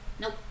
Nope